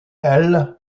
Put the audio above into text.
elle